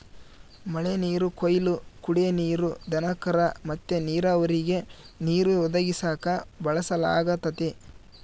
ಮಳೆನೀರು ಕೊಯ್ಲು ಕುಡೇ ನೀರು, ದನಕರ ಮತ್ತೆ ನೀರಾವರಿಗೆ ನೀರು ಒದಗಿಸಾಕ ಬಳಸಲಾಗತತೆ